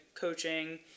coaching